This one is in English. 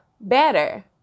better